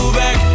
back